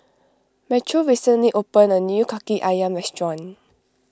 Metro recently opened a new Kaki Ayam restaurant